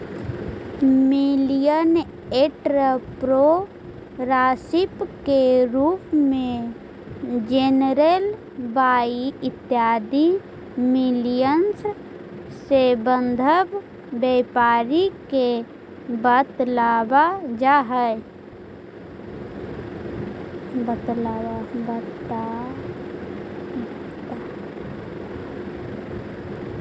millennial entrepreneurship के रूप में जेनरेशन वाई इत्यादि मिलेनियल्स् से संबंध व्यापारी के बतलावल जा हई